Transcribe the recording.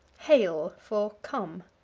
hail for come.